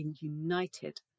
united